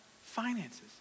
Finances